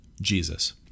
jesus